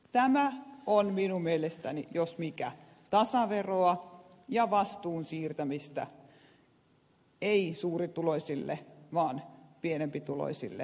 tämä jos mikä on minun mielestäni tasaveroa ja vastuun siirtämistä ei suurituloisille vaan pienempituloisille tasaisesti kaikille